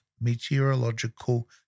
meteorological